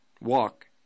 walk